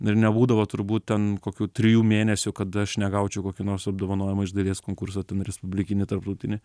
ir nebūdavo turbūt ten kokių trijų mėnesių kad aš negaučiau kokį nors apdovanojimą iš dalies konkurso ten respublikinį tarptautinį